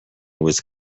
was